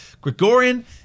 Gregorian